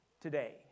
today